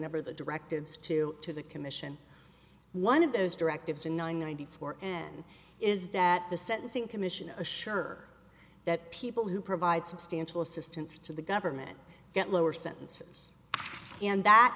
over the directives two to the commission one of those directives in ninety four and is that the sentencing commission assure that people who provide substantial assistance to the government get lower sentences and that